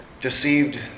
deceived